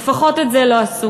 לפחות את זה לא עשו,